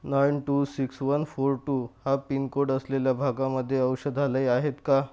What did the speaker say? nine two six one four two हा pin code असलेल्या भागामध्ये औषधालये आहेत का